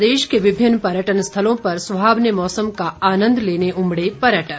प्रदेश के विभिन्न पर्यटन स्थलों पर सुहावने मौसम का आनंद लेने उमड़े पर्यटक